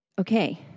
Okay